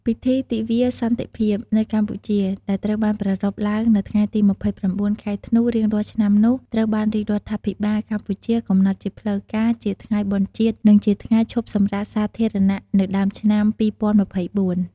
ពិធីទិវាសន្តិភាពនៅកម្ពុជា ដែលត្រូវបានប្រារព្ធឡើងនៅថ្ងៃទី ២៩ ខែធ្នូ រៀងរាល់ឆ្នាំនោះ ត្រូវបានរាជរដ្ឋាភិបាលកម្ពុជាកំណត់ជាផ្លូវការជាថ្ងៃបុណ្យជាតិ និងជាថ្ងៃឈប់សម្រាកសាធារណៈនៅដើមឆ្នាំ ២០២៤។